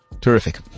Terrific